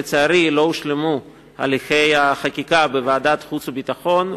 לצערי לא הושלמו הליכי החקיקה בוועדת החוץ והביטחון,